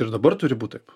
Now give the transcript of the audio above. ir dabar turi būt taip